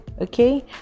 okay